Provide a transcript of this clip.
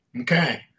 okay